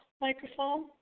microphone